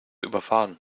überfahren